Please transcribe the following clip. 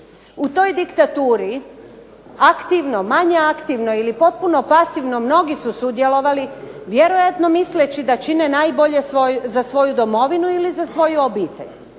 U toj diktaturi aktivno, manje aktivno ili potpuno pasivno mnogi su sudjelovali vjerojatno misleći da čine najbolje za svoju Domovinu ili za svoju obitelj.